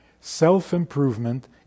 Self-improvement